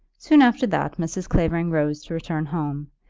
soon after that mrs. clavering rose to return home,